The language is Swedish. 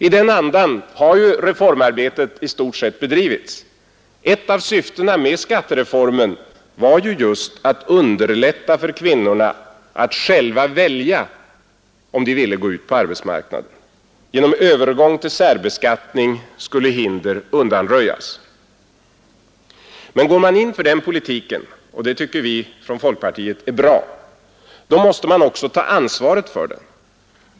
I den andan har reformarbetet i stort sett drivits. Ett av syftena med skattereformen var ju just att underlätta för kvinnorna att själva välja om de ville gå ut på arbetsmarknaden. Genom övergång till särbeskattning skulle hinder undanröjas. Men går man in för den politiken — och det tycker vi från folkpartiet är bra — då måste man också ta ansvaret för den.